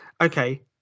Okay